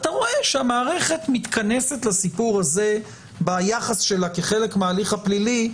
אתה רואה שהמערכת מתכנסת לסיפור הזה ביחס שלה כחלק מההליך הפלילי,